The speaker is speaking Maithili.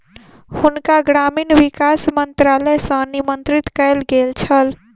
हुनका ग्रामीण विकास मंत्रालय सॅ निमंत्रित कयल गेल छल